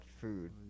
food